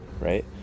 right